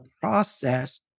process